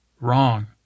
wrong